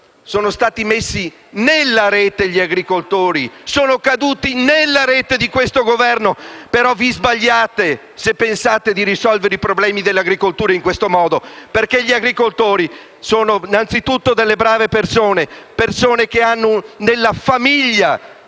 sono stati messi nella rete, sono caduti nella rete di questo Governo. Però vi sbagliate se pensate di risolvere i problemi dell'agricoltura in questo modo perché gli agricoltori sono, innanzitutto, delle brave persone che hanno nella famiglia